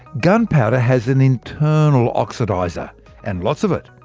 gunpowder has an internal oxidizer and lots of it.